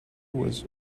was